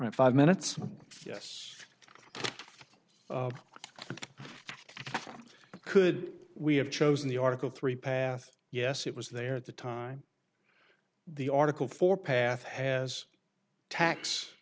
you five minutes yes could we have chosen the article three path yes it was there at the time the article for path has tax